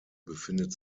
befindet